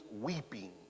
weeping